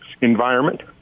environment